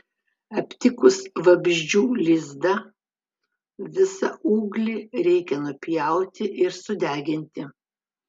aptikus vabzdžių lizdą visą ūglį reikia nupjauti ir sudeginti